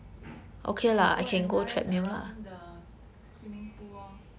you go and run around the swimming pool lor